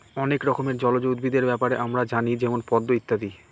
অনেক রকমের জলজ উদ্ভিদের ব্যাপারে আমরা জানি যেমন পদ্ম ইত্যাদি